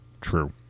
True